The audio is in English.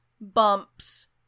bumps